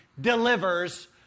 delivers